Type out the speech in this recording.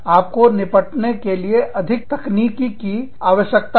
आपको निपटने के लिए अधिक तकनीक की आवश्यकता है